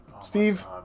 Steve